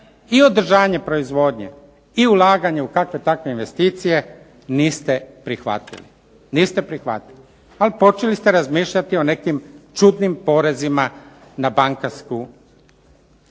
i održanje proizvodnje i ulaganje u kakve takve investicije niste prihvatili. Ali počeli ste razmišljati o nekim čudnim porezima na bankarsku imovinu.